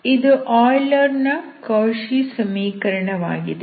ಇದು ಆಯ್ಲರ್ ನ Cauchy Euler's Cauchy ಸಮೀಕರಣವಾಗಿದೆ